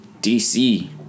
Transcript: DC